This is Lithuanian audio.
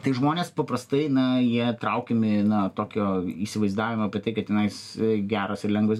tai žmonės paprastai na jie traukiami na tokio įsivaizdavimo apie tai kad tenais geras ir lengvas